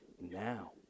now